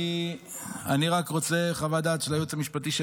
אני רק רוצה חוות דעת של היועץ המשפטי של